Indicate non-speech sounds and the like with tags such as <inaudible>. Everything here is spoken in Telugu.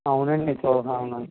అవునండి <unintelligible>